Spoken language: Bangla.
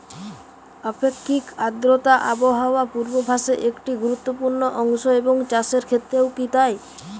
আপেক্ষিক আর্দ্রতা আবহাওয়া পূর্বভাসে একটি গুরুত্বপূর্ণ অংশ এবং চাষের ক্ষেত্রেও কি তাই?